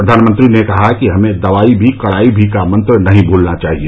प्रधानमंत्री ने कहा कि हमें दवाई भी कड़ाई भी का मंत्र नहीं भूलना चाहिए